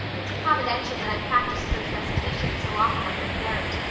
it's providential that i practiced those recitations so often up in the garret,